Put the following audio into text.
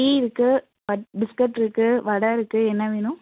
tea இருக்கு biscuit இருக்கு வடை இருக்கு என்ன வேணும்